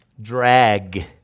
drag